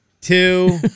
two